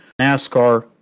nascar